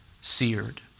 seared